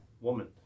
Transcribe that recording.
woman